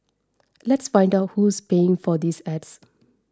let's find out who's paying for these ads